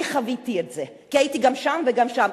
אני חוויתי את זה, כי הייתי גם שם וגם שם.